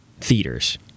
theaters